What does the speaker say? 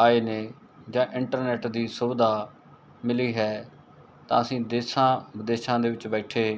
ਆਏ ਨੇ ਜਾਂ ਇੰਟਰਨੈਟ ਦੀ ਸੁਵਿਧਾ ਮਿਲੀ ਹੈ ਤਾਂ ਅਸੀਂ ਦੇਸ਼ਾਂ ਵਿਦੇਸ਼ਾਂ ਦੇ ਵਿੱਚ ਬੈਠੇ